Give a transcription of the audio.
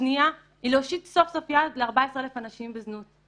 והשנייה היא להושיט סוף סוף יד ל-14,000 הנשים בזנות.